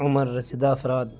عمر رسیدہ افراد